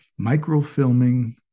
microfilming